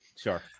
Sure